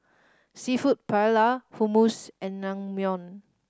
Seafood Paella Hummus and Naengmyeon